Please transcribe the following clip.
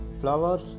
flowers